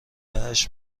هشت